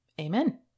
Amen